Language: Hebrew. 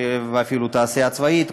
ואפילו התעשייה הצבאית,